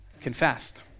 Confessed